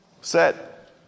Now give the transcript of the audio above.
set